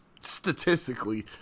statistically